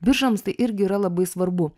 biržams tai irgi yra labai svarbu